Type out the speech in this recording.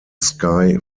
sky